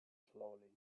slowly